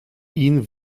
ihn